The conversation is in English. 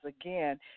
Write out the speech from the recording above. again